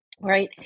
right